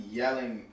yelling